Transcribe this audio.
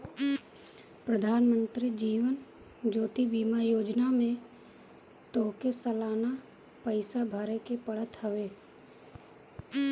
प्रधानमंत्री जीवन ज्योति बीमा योजना में तोहके सलाना पईसा भरेके पड़त हवे